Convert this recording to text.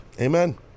Amen